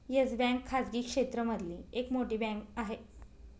yes Bank खाजगी क्षेत्र मधली एक मोठी बँक आहे